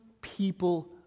people